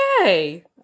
okay